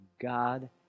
God